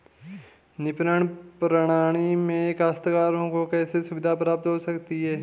विपणन प्रणाली से काश्तकारों को कैसे सुविधा प्राप्त हो सकती है?